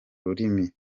rurimi